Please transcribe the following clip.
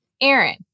Aaron